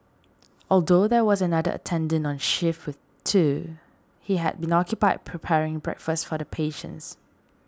although there was another attendant on shift with Thu he had been occupied preparing breakfast for the patients